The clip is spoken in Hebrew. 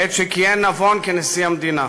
בעת שכיהן נבון כנשיא המדינה.